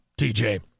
TJ